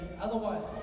Otherwise